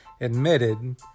admitted